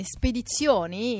spedizioni